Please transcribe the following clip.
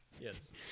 Yes